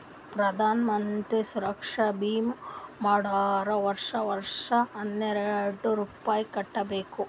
ಪ್ರಧಾನ್ ಮಂತ್ರಿ ಸುರಕ್ಷಾ ಭೀಮಾ ಮಾಡ್ಸುರ್ ವರ್ಷಾ ವರ್ಷಾ ಹನ್ನೆರೆಡ್ ರೂಪೆ ಕಟ್ಬಬೇಕ್